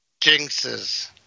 jinxes